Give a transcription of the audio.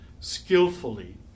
skillfully